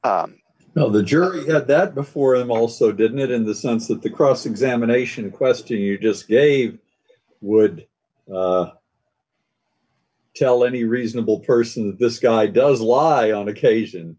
know the jury that before them also didn't it in the sense that the cross examination question you just gave would d tell any reasonable person this guy does lawyer on occasion